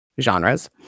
genres